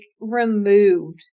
removed